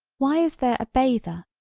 why is there a bather,